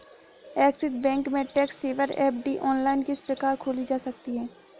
Axis bank में tax saver FD online किस प्रकार खोली जा सकती है?